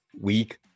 week